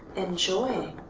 enjoying.